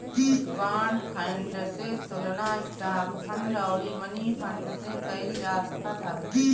bond fund के तुलना stock fund अउरी मनीफंड से कईल जा सकत हवे